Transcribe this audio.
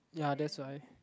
ya that's why